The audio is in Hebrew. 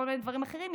כל מיני דברים אחרים,